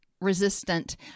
resistant